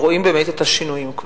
ורואים באמת את השינויים.